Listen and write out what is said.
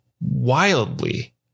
wildly